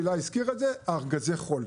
הילה הזכירה את זה - ארגזי החול,